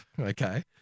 Okay